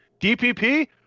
DPP